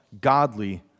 godly